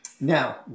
now